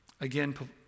Again